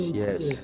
yes